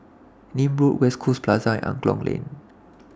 Nim Road West Coast Plaza and Angklong Lane